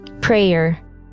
Prayer